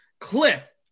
Cliff